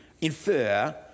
infer